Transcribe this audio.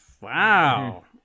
Wow